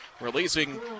releasing